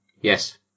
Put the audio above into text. Yes